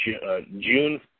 June